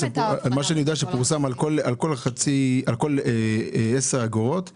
אז מה שאני יודע זה שפורסם שעל כל עשר אגורות לשנה,